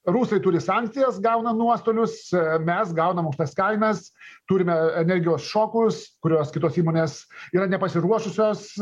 rusai turi sankcijas gauna nuostolius mes gaunam aukštas kainas turime energijos šokus kuriuos kitos įmonės yra nepasiruošusios